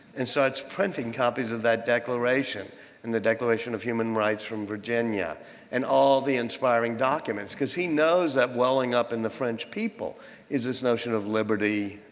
and so it's printing copies of that declaration and the declaration of human rights from virginia and all the inspiring documents. because he knows that welling up in the french people is this notion of liberty,